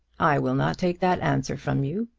i will not take that answer from you.